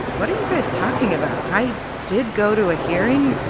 what are you guys talking about? i did go to a hearing,